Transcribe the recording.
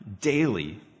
daily